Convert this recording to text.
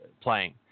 playing